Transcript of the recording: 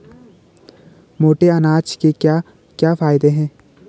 मोटे अनाज के क्या क्या फायदे हैं?